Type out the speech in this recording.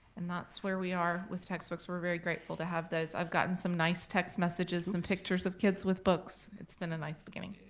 and that's where we are with textbooks. we're very grateful to have those. i've gotten some nice text messages, some pictures of kids with books. it's been a nice beginning.